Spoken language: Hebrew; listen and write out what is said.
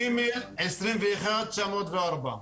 ג/21905.